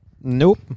Nope